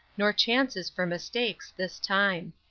nor chances for mistakes, this time.